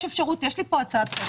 יש לי כאן הצעת חוק,